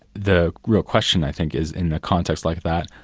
the real question, i think, is in the context like that,